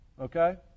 okay